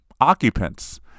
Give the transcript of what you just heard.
occupants